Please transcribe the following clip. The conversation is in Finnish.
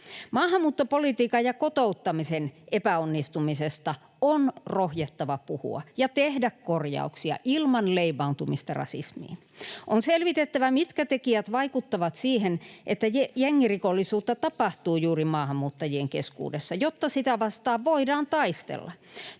Maahanmuuttopolitiikan ja kotouttamisen epäonnistumisesta on rohjettava puhua ja tehdä korjauksia ilman leimautumista rasismiin. On selvitettävä, mitkä tekijät vaikuttavat siihen, että jengirikollisuutta tapahtuu juuri maahanmuuttajien keskuudessa, jotta sitä vastaan voidaan taistella.